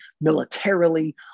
militarily